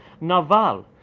Naval